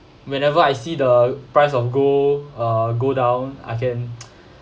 whenever I see the price of gold uh go down I can